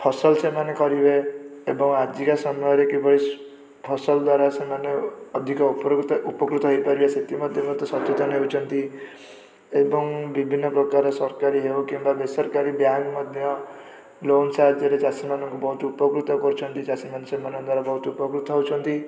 ଫସଲ ସେମାନେ କରିବେ ଏବଂ ଆଜିର ସମୟରେ କିଭଳି ଫସଲ ଦ୍ଵାରା ସେମାନେ ଅଧିକ ଉପରକୃତ ଉପକୃତ ହେଇପାରିବେ ସେଥିମଧ୍ୟ ସଚେତନ ହେଉଛନ୍ତି ଏବଂ ବିଭିନ୍ନପ୍ରକାର ସରକାରୀ ହେଉ କିମ୍ବା ବେସରକାରୀ ବ୍ୟାଙ୍କ୍ ମଧ୍ୟ ଲୋନ୍ ସାହାଯ୍ୟରେ ଚାଷୀମାନଙ୍କୁ ବହୁତ ଉପକୃତ କରୁଛନ୍ତି ଚାଷୀମାନେ ସେମାନଙ୍କର ବହୁତ ଉପକୃତ ହେଉଛନ୍ତି